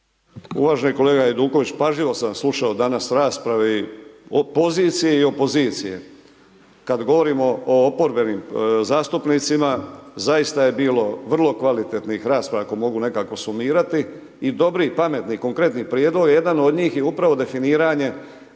Uvaženi kolega Hajduković, pažljivo sam slušao danas rasprave o poziciji i opozicije. Kada govorimo o oporbenim zastupnicima, zaista je bilo vrlo kvalitetnih rasprava, ako mogu nekako sumirati i dobri pametni, konkretni prijedlog, jedan od njih je upravo definirano